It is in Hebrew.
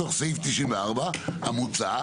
בתוך סעיף 94 המוצע,